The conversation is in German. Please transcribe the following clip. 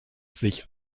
sich